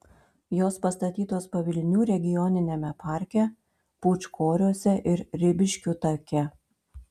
jos pastatytos pavilnių regioniniame parke pūčkoriuose ir ribiškių take